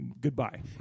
goodbye